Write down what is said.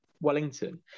Wellington